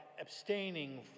abstaining